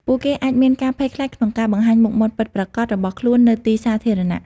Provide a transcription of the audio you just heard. ពួកគេអាចមានការភ័យខ្លាចក្នុងការបង្ហាញមុខមាត់ពិតប្រាកដរបស់ខ្លួននៅទីសាធារណៈ។